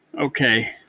Okay